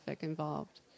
involved